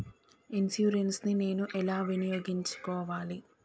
Insurance ని నేను ఎలా వినియోగించుకోవాలి?